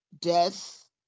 death